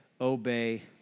obey